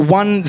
one